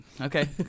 Okay